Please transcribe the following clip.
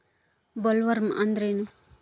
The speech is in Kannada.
ಬೊಲ್ವರ್ಮ್ ಅಂದ್ರೇನು?